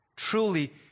truly